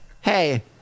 hey